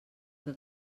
que